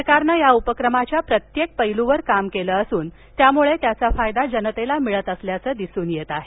सरकारनं या उपक्रमाच्या प्रत्येक पैलूवर काम केलं असून त्यामुळे त्याचा फायदा जनतेला मिळत असल्याचं दिसून येत आहे